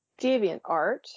DeviantArt